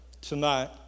tonight